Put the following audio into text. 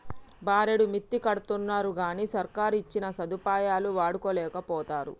బారెడు మిత్తికడ్తరుగని సర్కారిచ్చిన సదుపాయాలు వాడుకోలేకపోతరు